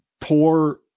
poor